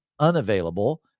unavailable